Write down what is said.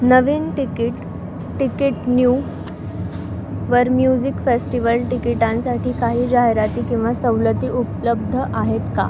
नवीन ticket ticket new वर music festival टिकिटांसाठी काही जाहिराती किंवा सवलती उपलब्ध आहेत का